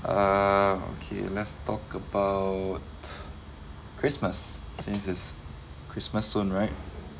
err ah okay let's talk about christmas since it's christmas soon right